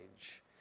age